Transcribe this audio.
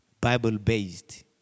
Bible-based